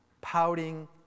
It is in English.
pouting